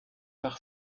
par